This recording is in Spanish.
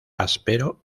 áspero